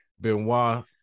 Benoit